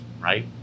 right